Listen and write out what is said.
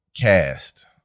cast